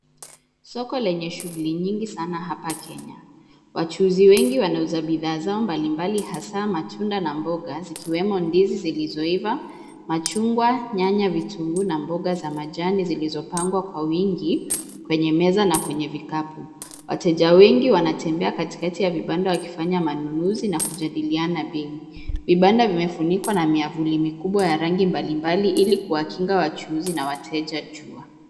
Soko lenye shughuli nyingi sana hapa Kenya. Wachuuzi wengi wanauza bidhaa zao mbalimbali hasa matunda na mboga zikiwemo ndizi zilizoiva, machungwa, nyanya, vitunguu na mboga za majani zilizopangwa kwa wingi, kwenye meza na kwenye vikapu. Wateja wengi wanatembea katikati ya vibanda wakifanya manunuzi na kujadiliana bei. vibanda vimefunikwa na miavuli mikubwa ya rangi mbalimbali ili kuwakinga wachuuzi na wateja jua.